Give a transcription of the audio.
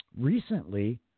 recently